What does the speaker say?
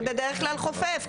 זה בדרך כלל חופף.